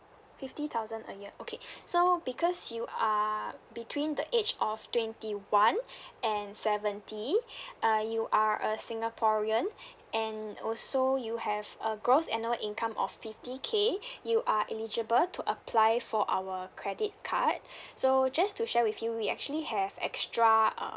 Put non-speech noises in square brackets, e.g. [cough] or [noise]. fifty thousand a year okay so because you are between the age of twenty one [breath] and seventy [breath] uh you are a singaporean and also you have a gross annual income of fifty K you are eligible to apply for our credit card [breath] so just to share with you we actually have extra um